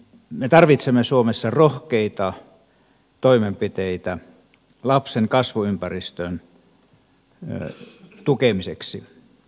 me tarvitsemme suomessa rohkeita toimenpiteitä lapsen kasvuympäristön tukemiseksi